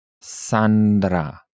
Sandra